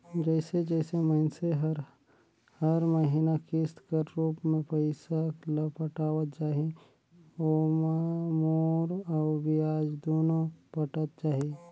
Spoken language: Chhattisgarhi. जइसे जइसे मइनसे हर हर महिना किस्त कर रूप में पइसा ल पटावत जाही ओाम मूर अउ बियाज दुनो पटत जाही